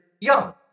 young